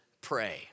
pray